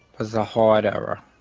was a hard era.